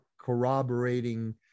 corroborating